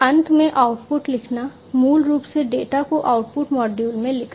अंत में आउटपुट लिखना मूल रूप से डेटा को आउटपुट मॉड्यूल में लिखना